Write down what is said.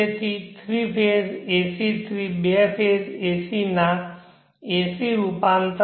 તેથી three phase ac થી બે ફેઝ ના ac રૂપાંતર